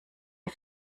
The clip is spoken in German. die